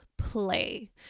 play